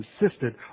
insisted